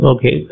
Okay